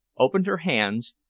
opened her hands,